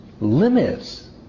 limits